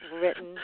written